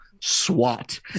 SWAT